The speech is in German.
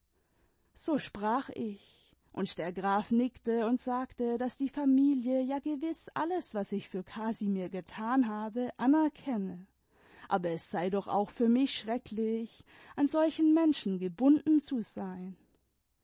so sprach ich und der graf nickte und sagte daß die familie ja gewiß alles was ich für casimir getan habe anerkenne aber es sei doch auch für mich schrecklich an solchen menschen gebunden zu sein